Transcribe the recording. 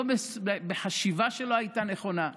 לא בחשיבה שלא הייתה נכונה.